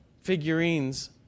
figurines